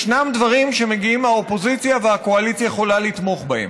ישנם דברים שמגיעים מהאופוזיציה והקואליציה יכולה לתמוך בהם.